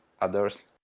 others